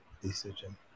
decision